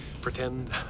pretend